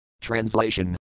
Translation